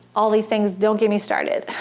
all these things don't get me started!